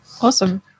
awesome